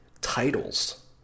Titles